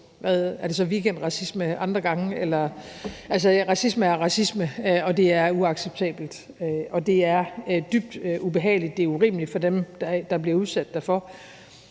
Er det så weekendracisme andre gange eller hvad? Altså, racisme er racisme, og det er uacceptabelt, og det er dybt ubehageligt og urimeligt for dem, der bliver udsat for